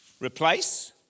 replace